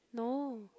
no